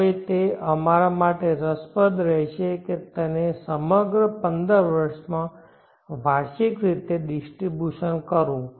હવે તે અમારા માટે રસપ્રદ રહેશે કે તેને સમગ્ર 15 વર્ષમાં વાર્ષિક રીતે ડિસ્ટ્રીબ્યુશન કરવું